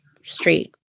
Street